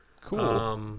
Cool